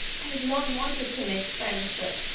i have long wanted to make friends, but